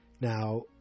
Now